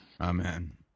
Amen